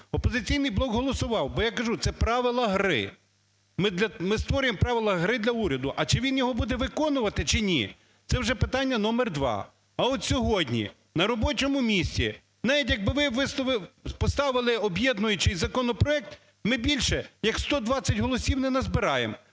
"Опозиційний блок голосував, бо, я кажу, це правила гри. Ми створюємо правила гри для уряду. А чи він його буде виконувати, чи ні, це вже питання номер два. А от сьогодні на робочому місці, знаєте, якби ви поставили об'єднуючий законопроект, ми більше як 120 голосів не назбираємося.